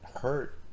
hurt